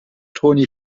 toni